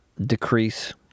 decrease